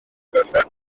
gorffen